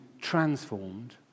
transformed